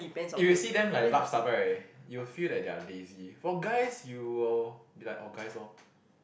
if you see them like lap sap right you will that they are lazy for guys you will be like orh guys lor